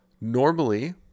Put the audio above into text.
Normally